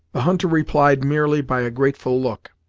the hunter replied merely by a grateful look.